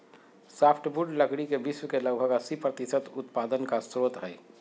softwood लकड़ी के विश्व के लगभग अस्सी प्रतिसत उत्पादन का स्रोत हइ